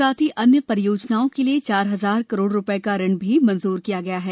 साथ ही अन्य परियोजनाओं के लिए चार हजार करोड़ रूपए का ऋण भी मंजूर किया गया है